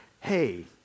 Hey